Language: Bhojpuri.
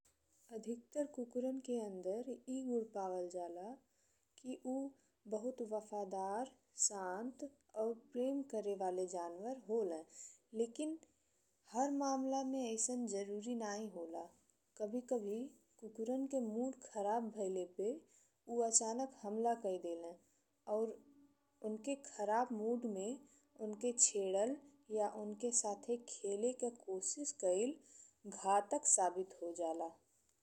अधिकतर कुकुरन के अंदर ई गुड़ पावल जाला कि ऊ बहुत वफादार, शांत और प्रेम करे वाले जानवर होला लेकिन हर मामला में अइसन जरूरी नइखे होला। कभी-कभी कुकुरन के मूड खराब भइले पे ऊ अचानक हमला कई देला और उनके खराब मूड में उनके छेड़ल या उनके साथे खेले के कोशिश कईल घातक साबित हो जाला।